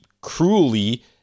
cruelly